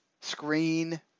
screen